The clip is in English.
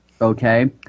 okay